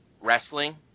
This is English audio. wrestling